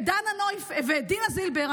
ודינה זילבר,